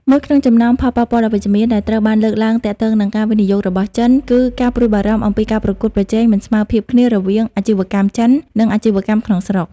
មួយក្នុងចំណោមផលប៉ះពាល់អវិជ្ជមានដែលត្រូវបានលើកឡើងទាក់ទងនឹងការវិនិយោគរបស់ចិន គឺការព្រួយបារម្ភអំពីការប្រកួតប្រជែងមិនស្មើភាពគ្នារវាងអាជីវកម្មចិន និងអាជីវកម្មក្នុងស្រុក។